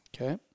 Okay